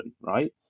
right